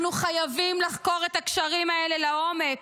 אנחנו חייבים לחקור את הקשרים האלה לעומק.